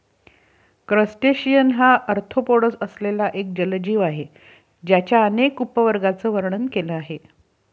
crustacean हा arthropods असलेला एक जलजीव आहे ज्याच्या अनेक उपवर्गांचे वर्णन केले आहे